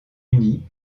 uni